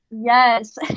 Yes